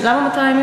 למה 200 מיליון?